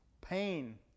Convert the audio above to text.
pain